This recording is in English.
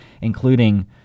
including